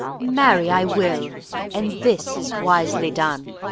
marry, i will and this is wisely done.